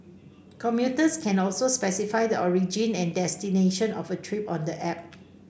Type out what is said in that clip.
commuters can also specify the origin and destination of a trip on the app